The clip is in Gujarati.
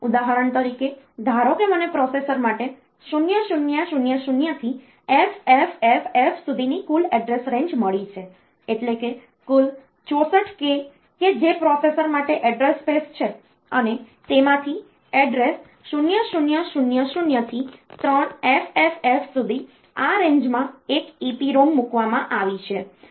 ઉદાહરણ તરીકે ધારો કે મને પ્રોસેસર માટે 0000 થી FFFF સુધીની કુલ એડ્રેસ રેન્જ મળી છે એટલે કે કુલ 64 k કે જે પ્રોસેસર માટે એડ્રેસ સ્પેસ છે અને તેમાંથી એડ્રેસ 0000 થી 3FFF સુધી આ રેન્જમાં એક EPROM મૂકવામાં આવી છે